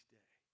day